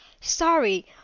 sorry